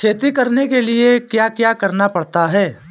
खेती करने के लिए क्या क्या करना पड़ता है?